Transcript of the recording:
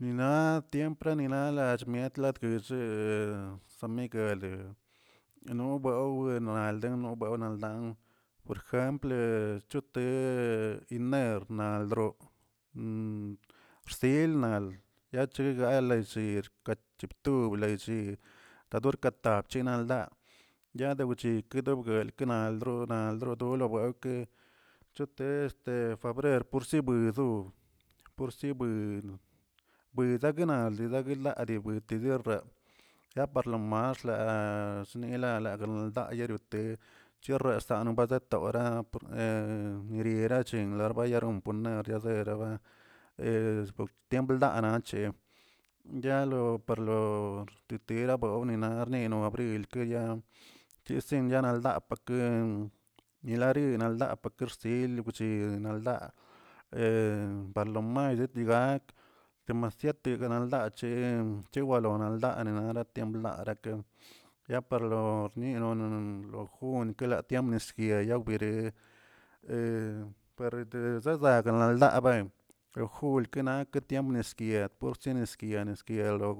Naꞌ tiempra nina lach mietga lagullee de sanmiguele no buewelnadelə buenaldan por jemple chote iner naldro xsilnal yacheg galallꞌ birch kacheptubr kador ka tapchi naldaa yadeuchi debguelkanal donal dobro dolowelkə chote este febrer porsi brozu porsi bui bui zeguenal dezaguenal witide rraa ya parlomax dará chnigna laglaldayi yote resano badetora nirierachin bayaron poner yaderaba tiemp ldaana ya lo parlo tietira bolnina neno abrilke kesin yaaneldaa yaneri ldaa kersil guchil naldaa parlomay dii gak demasiate loldach chewalona ldaa narala tiemblaa ya parlorlonono lo junkela nomyesieg yawguere pareteg zezag naldaaben lo jul kenak tiempo nisguied bcheni sguia sguienlo